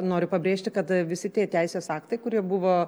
noriu pabrėžti kad visi tie teisės aktai kurie buvo